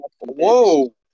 Whoa